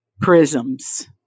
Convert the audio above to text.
prisms